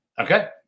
Okay